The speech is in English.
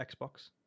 Xbox